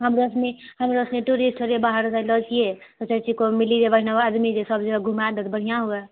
हमरो सनी टूरिस्ट थोड़े नऽ बाहरो से अयलो छियै चाहै छियै कोइ मिली जेबय आदमी सब जे घुमाय देत बढ़िया हुअए